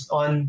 on